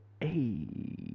Hey